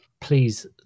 please